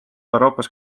euroopas